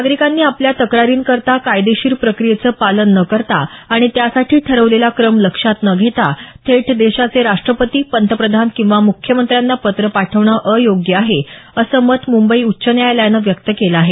नागरिकांनी आपल्या तक्रारींकरता कायदेशीर प्रक्रियेचं पालन न करता आणि त्यासाठी ठरवलेला क्रम लक्षात न घेता थेट देशाचे राष्ट्रपती पंतप्रधान किंवा मुख्यमंत्र्यांना पत्र पाठवणं अयोग्य आहे असं मत मुंबई उच्च न्यायालयानं व्यक्त केलं आहे